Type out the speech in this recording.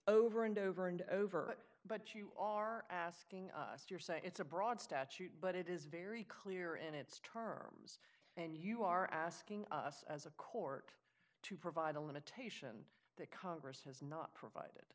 over and over and over but you are asking if you're saying it's a broad statute but it is very clear and its terms and you are asking us as a court to provide a limitation that congress has not provide